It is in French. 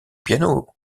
piano